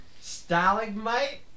Stalagmite